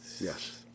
Yes